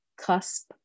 cusp